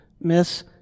miss